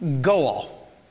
goal